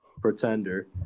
Pretender